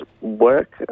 work